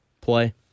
play